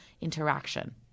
interaction